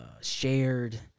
shared